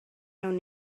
awn